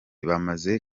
bamaze